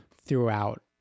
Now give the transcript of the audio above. throughout